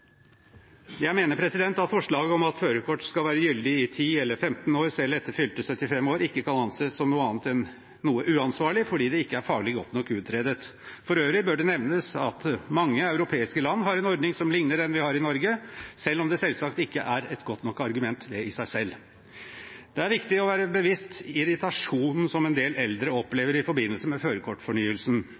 Jeg mener at forslaget om at førerkort skal være gyldig i 10 eller 15 år selv etter fylte 75 år, ikke kan anses som noe annet enn noe uansvarlig, fordi det ikke er faglig godt nok utredet. For øvrig bør det nevnes at mange europeiske land har en ordning som ligner den vi har i Norge, selv om det selvsagt ikke er et godt nok argument i seg selv. Det er viktig å være bevisst irritasjonen som en del eldre opplever i forbindelse med førerkortfornyelsen,